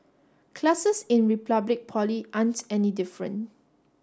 classes in Republic Poly aren't any different